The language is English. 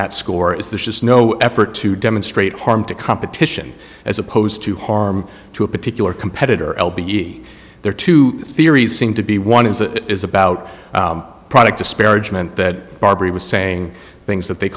that score is there's just no effort to demonstrate harm to competition as opposed to harm to a particular competitor l b e there are two theories seem to be one is a is about product disparagement that barbara was saying things that they